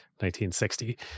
1960